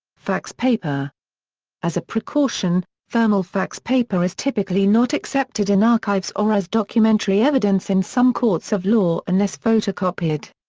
fax paper as a precaution, thermal fax paper is typically not accepted in archives or as documentary evidence in some courts of law unless photocopied.